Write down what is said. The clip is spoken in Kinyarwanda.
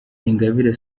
ingabire